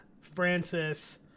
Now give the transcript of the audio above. Francis